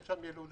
אין שם ילודה.